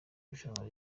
rushanwa